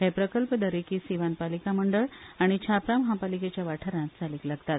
हे प्रकल्प दरेकी सीवान पालिका मंडळ आनी छापरा महापालिकेच्या वाठारांत चालीक लागतात